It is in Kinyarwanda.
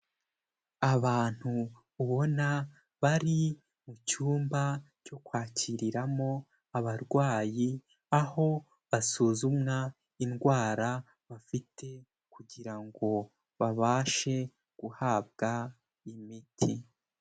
Abantu ubona bari mu cyumba cyo kwakiriramo abarwayi, aho basuzumwa indwara bafite kugira ngo babashe guhabwa imiti.